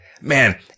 man